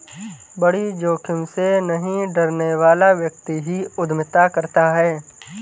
बड़ी जोखिम से नहीं डरने वाला व्यक्ति ही उद्यमिता करता है